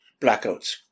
blackouts